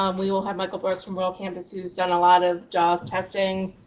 um we will have michael brooks from world campus, who's done a lot of jaws testing.